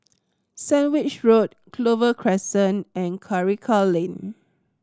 Sandwich Road Clover Crescent and Karikal Lane